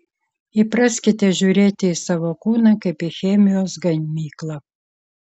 įpraskite žiūrėti į savo kūną kaip į chemijos gamyklą